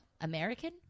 American